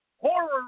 horror